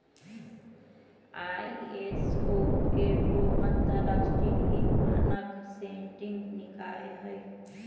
ISO एगो अंतरराष्ट्रीय मानक सेटिंग निकाय हइ